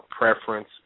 preference